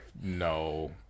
no